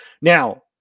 Now